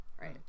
Right